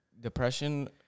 depression